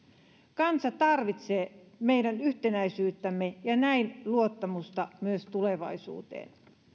kansa tarvitsee meidän yhtenäisyyttämme ja näin myös luottamusta tulevaisuuteen me